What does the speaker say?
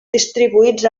distribuïts